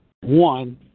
One